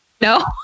No